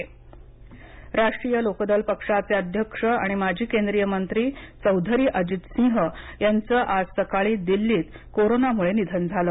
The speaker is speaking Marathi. निधन राष्ट्रीय लोकदलपक्षाचे अध्यक्ष आणि माजी केंद्रीय मंत्री चौधरी अजित सिंह यांचं आज सकाळी दिल्लीत कोरोना मुळे निधन झालं